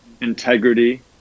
integrity